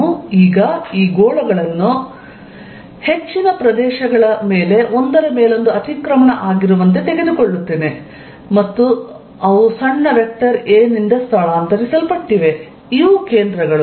ನಾನು ಈಗ ಈ ಗೋಳಗಳನ್ನು ಹೆಚ್ಚಿನ ಪ್ರದೇಶಗಳ ಮೇಲೆ ಒಂದರ ಮೇಲೊಂದು ಅತಿಕ್ರಮಣ ಆಗಿರುವಂತೆ ತೆಗೆದುಕೊಳ್ಳುತ್ತೇನೆ ಮತ್ತು ಅವು ಸಣ್ಣ ವೆಕ್ಟರ್ a ನಿಂದ ಸ್ಥಳಾಂತರಿಸಲ್ಪಟ್ಟಿವೆ ಇವು ಕೇಂದ್ರಗಳು